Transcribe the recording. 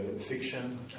fiction